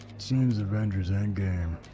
seems avengers endgame.